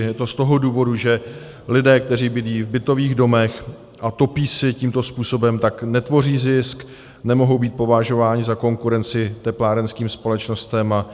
Je to z toho důvodu, že lidé, kteří bydlí v bytových domech a topí si tímto způsobem, netvoří zisk, nemohou být považováni za konkurenci teplárenským společnostem.